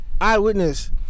eyewitness